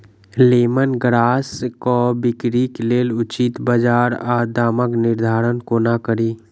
Lemon grass केँ बिक्रीक लेल उचित बजार आ दामक निर्धारण कोना कड़ी?